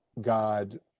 God